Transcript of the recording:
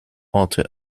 orte